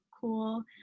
cool